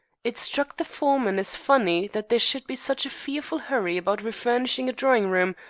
it struck the foreman as funny that there should be such a fearful hurry about refurnishing a drawing-room,